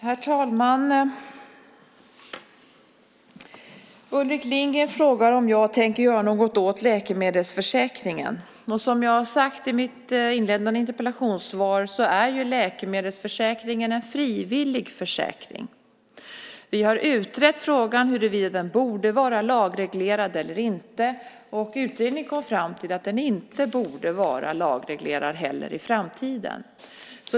Herr talman! Ulrik Lindgren frågar om jag tänker göra något åt läkemedelsförsäkringen. Som jag har sagt i mitt inledande interpellationssvar är läkemedelsförsäkringen en frivillig försäkring. Vi har utrett om den borde vara lagreglerad eller inte. Utredningen kom fram till att den inte borde vara lagreglerad heller i framtiden.